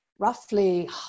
roughly